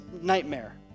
nightmare